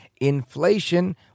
inflation